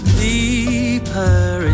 deeper